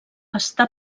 està